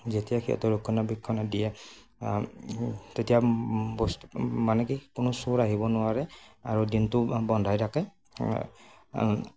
যেতিয়া সিহঁতে ৰক্ষণা বেক্ষণ দিয়ে তেতিয়া বস্তু মানে কি কোনো চোৰ আহিব নোৱাৰে আৰু দিনটো বন্ধাই থাকে